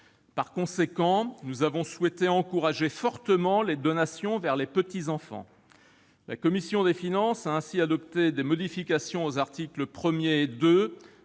En conséquence, nous avons souhaité encourager fortement les donations vers les petits-enfants. La commission des finances a ainsi adopté des modifications aux articles 1 et 2